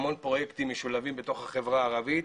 המון פרויקטים משולבים בתוך החברה הערבית.